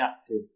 active